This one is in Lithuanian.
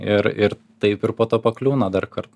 ir ir taip ir po to pakliūna dar kart